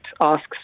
asks